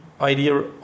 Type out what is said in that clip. idea